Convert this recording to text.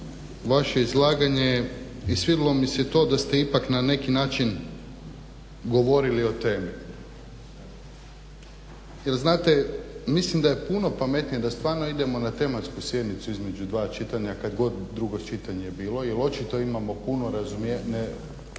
vaše izlaganje i svidjelo mi se to da ste na ipak na neki način govorili o temi. Jer znate mislim da je puno pametnije da stvarno idemo na tematsku sjednicu između dva čitanja kad god drugo čitanje bilo jer očito imamo puno pitanja